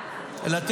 לא,